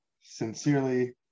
Sincerely